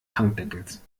tankdeckels